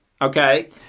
Okay